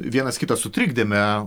vienas kitą sutrikdėme